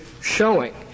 showing